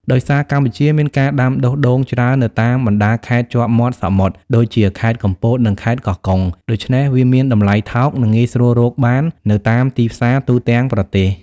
ដោយសារកម្ពុជាមានការដាំដុះដូងច្រើននៅតាមបណ្តាខេត្តជាប់មាត់សមុទ្រ ដូចជា ខេត្តកំពត និងខេត្តកោះកុង ដូច្នេះវាមានតម្លៃថោក និងងាយស្រួលរកបាននៅតាមទីផ្សារទូទាំងប្រទេស។